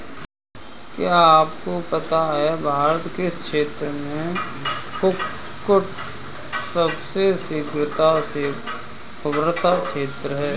क्या आपको पता है भारत कृषि क्षेत्र में कुक्कुट सबसे शीघ्रता से उभरता क्षेत्र है?